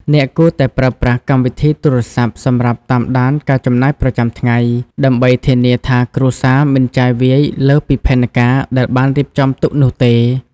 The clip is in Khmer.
អ្នកគួរតែប្រើប្រាស់កម្មវិធីទូរស័ព្ទសម្រាប់តាមដានការចំណាយប្រចាំថ្ងៃ ដើម្បីធានាថាគ្រួសារមិនចាយវាយលើសពីផែនការដែលបានរៀបចំទុកនោះទេ។